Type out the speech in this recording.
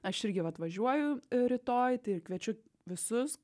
aš irgi vat važiuoju rytoj tai ir kviečiu visus